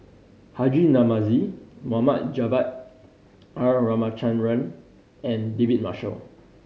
Haji Namazie Mohd Javad R Ramachandran and David Marshall